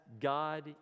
God